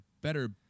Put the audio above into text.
better